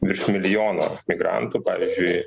virš milijono migrantų pavyzdžiui